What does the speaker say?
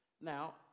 Now